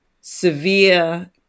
severe